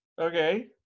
okay